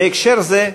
בהקשר זה,